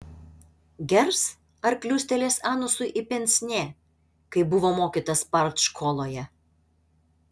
gers ar kliūstelės anusui į pensnė kaip buvo mokytas partškoloje